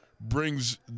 brings